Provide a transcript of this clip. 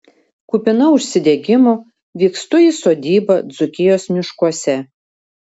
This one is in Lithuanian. kupina užsidegimo vykstu į sodybą dzūkijos miškuose